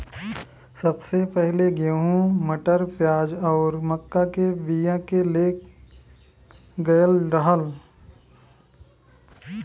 सबसे पहिले गेंहू, मटर, प्याज आउर मक्का के बिया के ले गयल रहल